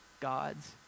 God's